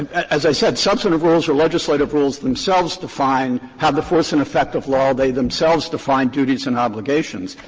as i said, substantive rules or legislative rules themselves define have the force and effect of law. they themselves define duties and obligations.